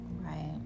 Right